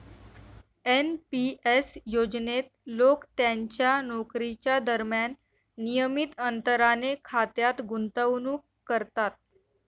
NP S योजनेत लोक त्यांच्या नोकरीच्या दरम्यान नियमित अंतराने खात्यात गुंतवणूक करतात